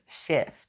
shift